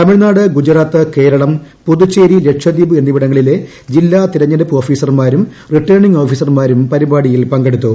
തമിഴ്നാട് ഗുജറാത്ത് കേരളം പുതുച്ചേരി ലക്ഷദ്വീപ് എന്നിവിടങ്ങളിലെ ജില്ലാ തെരഞ്ഞെടുപ്പ് ഓഫീസർമാരും റിട്ടേണിംഗ് ഓഫീസർമാരും പരിപാടിയിൽ പങ്കെടുത്തു